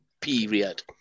period